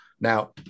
Now